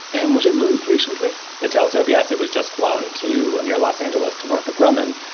and was it moved recently? the telescope? yes, it was just flown to near los angeles, to north of grumman,